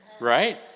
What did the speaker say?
Right